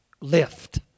lift